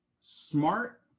smart